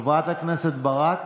חברת הכנסת ברק,